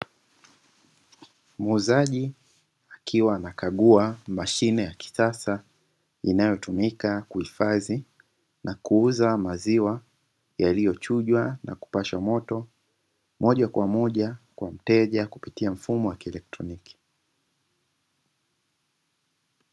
Muuzaji akiwa anakagua mashine ya kisasa, inayotumika kuhifadhi na kuuza maziwa, yaliyochujwa na kupashwa moto moja kwa moja kwa mteja kupitia mfumo wa kielektroniki.